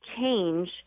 change